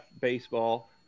baseball